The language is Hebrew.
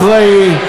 זהו מעשה לא אחראי,